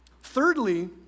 Thirdly